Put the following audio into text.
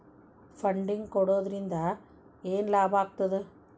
Funding ಕೊಡೊದ್ರಿಂದಾ ಏನ್ ಲಾಭಾಗ್ತದ?